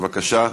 בבקשה.